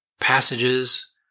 passages